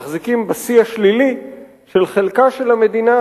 מחזיקים בשיא השלילי של חלקה של המדינה